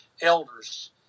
elders